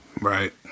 right